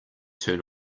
turn